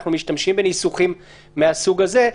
אנחנו משתמשים בניסוחים מהסוג הזה.